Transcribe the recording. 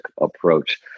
approach